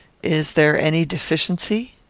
is there any deficiency?